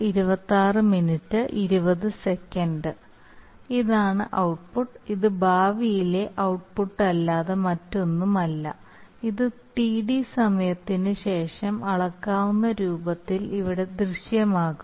ഇതാണ് ഔട്ട്പുട്ട് ഇത് ഭാവിയിലെ ഔട്ട്പുട്ടല്ലാതെ മറ്റൊന്നുമല്ല ഇത് Td സമയത്തിന് ശേഷം അളക്കാവുന്ന രൂപത്തിൽ ഇവിടെ ദൃശ്യമാകും